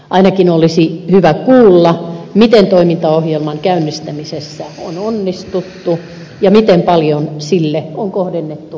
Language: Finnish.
ainakin olisi hyvä kuulla miten toimintaohjelman käynnistämisessä on onnistuttu ja miten paljon sille on kohdennettu resursseja